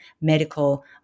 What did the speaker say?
medical